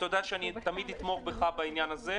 אתה יודע שאני תמיד אתמוך בך בעניין הזה.